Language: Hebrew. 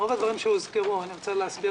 רוב הדברים שהוזכרו אני רוצה להסביר